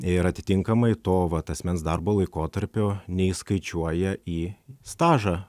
ir atitinkamai to vat asmens darbo laikotarpio neįskaičiuoja į stažą